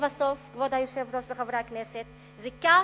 כבוד היושב-ראש וחברי הכנסת, לבסוף, זיקה